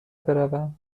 بروم